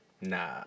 Nah